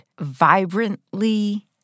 vibrantly